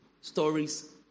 stories